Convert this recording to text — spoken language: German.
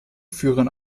führen